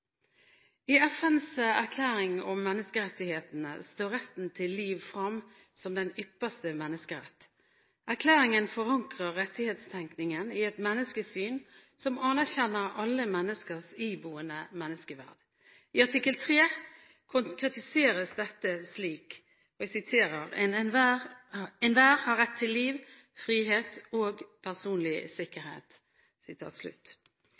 I FNs erklæring om menneskerettigheter står retten til liv fram som den ypperste menneskerett. Erklæringen forankrer rettighetstenkningen i et menneskesyn som anerkjenner alle menneskers iboende menneskeverd. I artikkel 3 konkretiseres dette slik: «Enhver har rett til liv, frihet og personlig